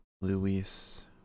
Luis